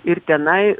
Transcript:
ir tenai